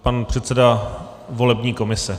Pan předseda volební komise.